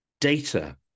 data